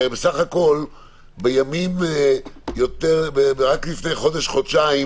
הרי בסך הכול, רק לפני חודש-חודשיים